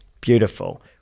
Beautiful